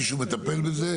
מישהו מטפל בזה?